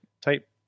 type